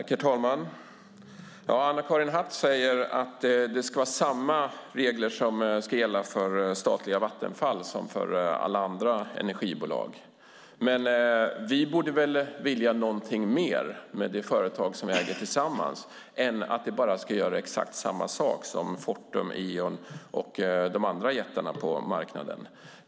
Herr talman! Anna-Karin Hatt säger att samma regler ska gälla för statliga Vattenfall som för alla andra energibolag. Vi borde väl vilja något mer med de företag som vi äger tillsammans än att de bara ska göra exakt samma sak som Fortum, Eon och de andra jättarna på marknaden.